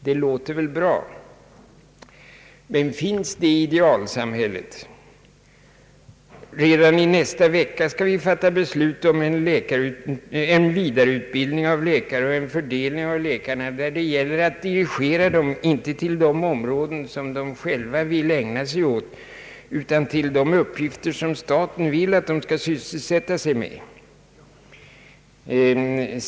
Detta låter väl bra, men finns det idealsamhället? Redan i nästa vecka skall vi fatta beslut om en vidareutbildning av läkare och en fördelning av läkarna, där det gäller att dirigera dem, inte till de områden de själva vill ägna sig åt, utan till sådana uppgifter som staten vill att de skall sysselsätta sig med.